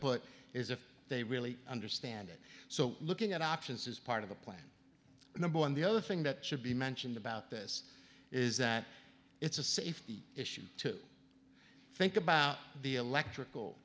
put is if they really understand it so looking at options is part of the plan number one the other thing that should be mentioned about this is that it's a safety issue too think about the electrical